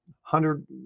hundred